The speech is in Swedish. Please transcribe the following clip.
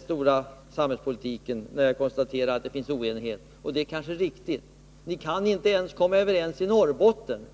stora samhällspolitiken, när jag konstaterar att det finns oenighet. Det är kanske riktigt. De borgerliga partierna kan inte ens komma överens i Norrbotten.